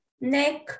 neck